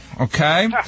okay